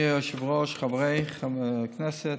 אדוני היושב-ראש, חבריי חברי הכנסת,